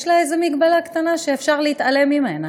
יש לה איזו מגבלה קטנה שאפשר להתעלם ממנה.